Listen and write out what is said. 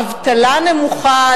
אבטלה נמוכה.